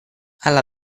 alla